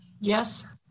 Yes